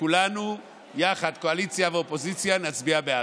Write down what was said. וכולנו יחד, קואליציה ואופוזיציה, נצביע בעד.